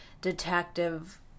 detective